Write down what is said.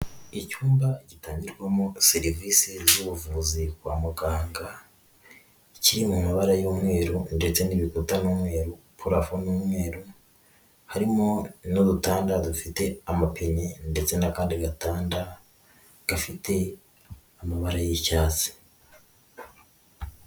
Icyumba gitangirwamo serivisi z'ubuvuzi kwa muganga kiri mu mabara y'umweru ndetse n'ibikuta ni umweru, purafo ni umweru, harimo n'udutanda dufite amapine ndetse n'akandi gatanda gafite amabara y'icyatsi.